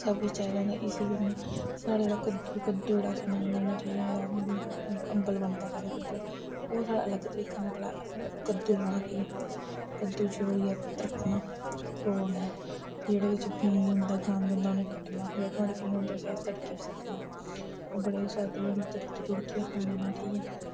सब किश चाहिदा होंदा इसी बी इ'यां साढ़ा जेह्ड़ा कद्दू कद्दू जेह्ड़ा अस बनान्ने होन्ने कद्दू ठीक ऐ जेह्ड़ा अम्बल बनदा जेह्दा कद्दू दा ओह् साढ़ा अलग तरीके दा कद्दू लैना ठीक ऐ कद्दू जोरियै त्रट्टना फ्ही जेह्ड़े बिच्च बीऽ होंदे गंद होंदा उ'नेंगी कड्ढना फ्ही नोहाड़े जेह्ड़े बीऽ होंदे उ'नेंगी अस तड़की बी सकने ओह् बड़े गै सोआदले होंदे तड़कियै तुड़कियै खाने नै ठीक ऐ